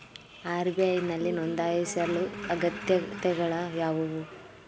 RBI ನಲ್ಲಿ ನೊಂದಾಯಿಸಲು ಅಗತ್ಯತೆಗಳು ಯಾವುವು?